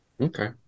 Okay